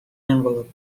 envelope